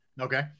Okay